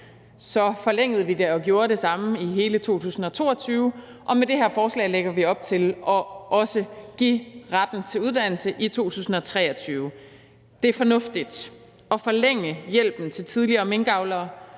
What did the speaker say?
Så forlængede vi det og gjorde det samme i hele 2022, og med det her forslag lægger vi op til også at give retten til uddannelse i 2023. Det er fornuftigt at forlænge hjælpen til tidligere minkavlere,